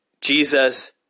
Jesus